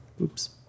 Oops